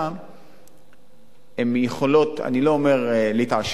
לרשותן הן יכולות אני לא אומר להתעשר,